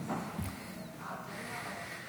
אדוני היושב בראש,